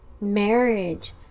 marriage